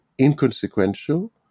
inconsequential